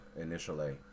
initially